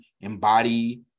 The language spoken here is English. embody